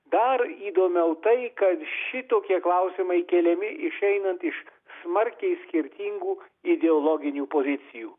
dar įdomiau tai kad šitokie klausimai keliami išeinant iš smarkiai skirtingų ideologinių pozicijų